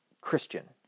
Christian